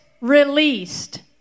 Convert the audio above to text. released